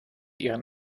ihren